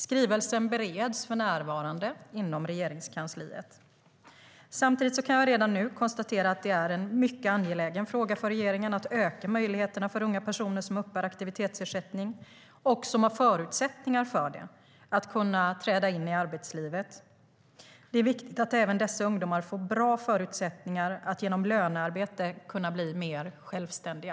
Skrivelsen bereds för närvarande inom Regeringskansliet. Samtidigt kan jag redan nu konstatera att det är en mycket angelägen fråga för regeringen att öka möjligheterna för unga personer som uppbär aktivitetsersättning - och som har förutsättningar för det - att träda in i arbetslivet. Det är viktigt att även dessa ungdomar får bra förutsättningar att genom lönearbete kunna bli mer självständiga.